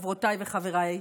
חברותיי וחבריי,